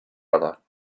other